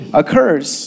occurs